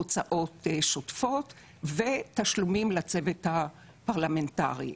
הוצאות שוטפות ותשלומים לצוות הפרלמנטרי.